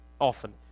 often